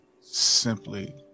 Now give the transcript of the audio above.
Simply